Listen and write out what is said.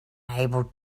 able